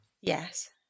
Yes